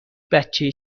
بچه